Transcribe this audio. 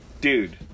dude